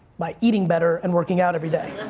by eating better and working out every day.